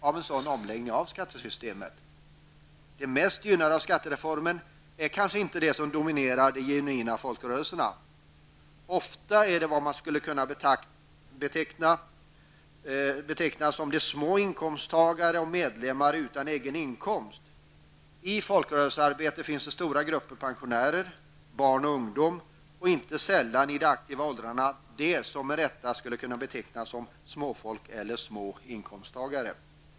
De som gynnas mest av skattereformen är kanske inte de som dominerar de genuina folkrörelserna. Ofta är det vad som skulle kunna betecknas som personer med små inkomster och medlemmar utan egen inkomst. I folkrörelsearbetet finns det stora grupper pensionärer, barn och ungdom, inte sällan i de aktiva åldrarna, de som med rätta skulle betecknas som ''småfolket'' eller personer med små inkomster.